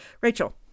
Rachel